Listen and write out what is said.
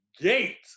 gate